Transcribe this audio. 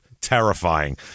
terrifying